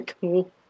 cool